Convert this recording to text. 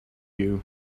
you